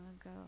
ago